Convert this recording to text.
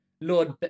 Lord